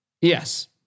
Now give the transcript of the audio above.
Yes